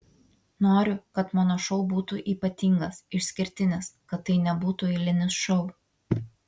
noriu kad mano šou būtų ypatingas išskirtinis kad tai nebūtų eilinis šou